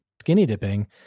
skinny-dipping